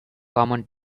common